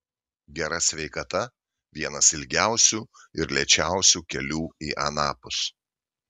gera sveikata vienas ilgiausių ir lėčiausių kelių į anapus